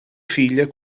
filha